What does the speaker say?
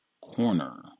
corner